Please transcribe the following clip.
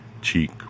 cheek